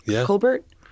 Colbert